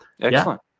Excellent